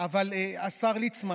למה ילדים, אבל השר ליצמן,